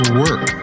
work